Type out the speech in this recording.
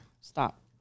stop